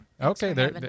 Okay